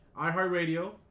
iHeartRadio